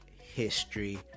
history